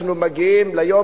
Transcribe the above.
אנחנו מגיעים ליום